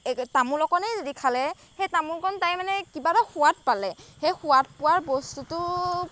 এই তামোল অকণেই যদি খালে সেই তামোলকণ তাই মানে কিবা এটা সোৱাদ পালে সেই সোৱাদ পোৱাৰ বস্তুটো